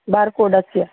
bar कोडस्य